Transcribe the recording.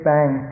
Bang